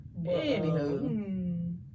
Anywho